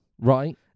Right